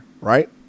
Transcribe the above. right